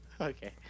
Okay